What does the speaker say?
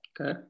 okay